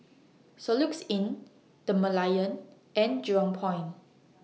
Soluxe Inn The Merlion and Jurong Point